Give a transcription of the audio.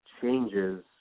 changes